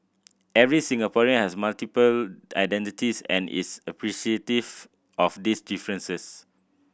every Singaporean has multiple identities and is appreciative of these differences